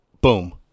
boom